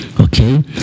Okay